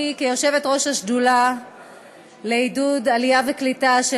אני כיושבת-ראש השדולה לעידוד עלייה וקליטה של